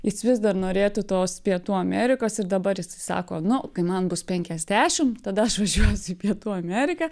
jis vis dar norėtų tos pietų amerikos ir dabar jisai sako nu kai man bus penkiasdešim tada aš važiuosiu į pietų ameriką